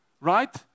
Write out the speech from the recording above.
right